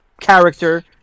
character